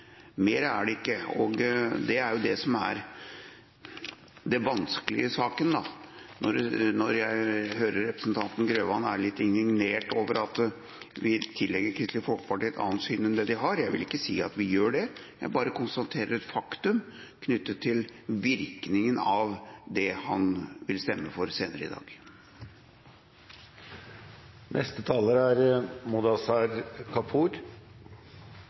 Mer er det ikke, og det er jo det som er det vanskelige i saken, når jeg hører representanten Grøvan er litt indignert over at vi tillegger Kristelig Folkeparti et annet syn enn det de har. Jeg vil ikke si at vi gjør det – jeg bare konstaterer faktum knyttet til virkningen av det han vil stemme for senere i dag. I et demokrati – i et lokaldemokrati – er